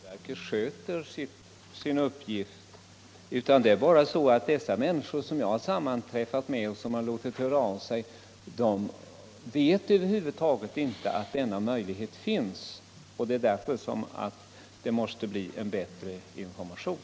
Herr talman! Det här var ingen fråga som gällde huruvida postverket sköter sin uppgift, utan det är bara så att de människor som jag har sammanträffat med och som låtit höra av sig vet över huvud taget inte att denna möjlighet finns. Det är därför det måst bli en bättre information.